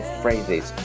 phrases